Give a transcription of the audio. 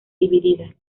dividida